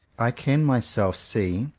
i can myself see,